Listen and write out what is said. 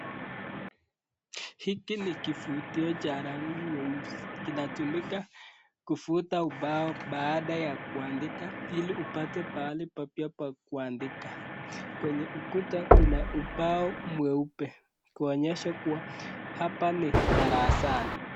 Hiki ni kifutio cha rangi nyeusi, kinatumika kufuta ubao baada ya kuandika ili upate pahali pia pa kuandika, kwenye ukuta kuna ubao mweupe kuonyesha kuwa hapa ni darasani.